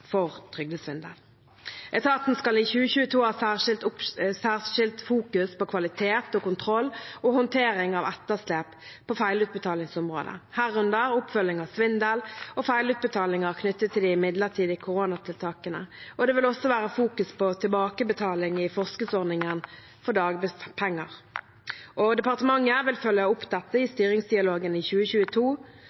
for trygdesvindel. Etaten skal i 2022 fokusere særskilt på kvalitet og kontroll og håndtering av etterslep på feilutbetalingsområdet, herunder oppfølging av svindel og feilutbetalinger knyttet til de midlertidige koronatiltakene. Det vil også fokuseres på tilbakebetaling i forskuddsordningen for dagpenger. Departementet vil følge opp dette i styringsdialogen i 2022.